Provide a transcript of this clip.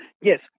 yes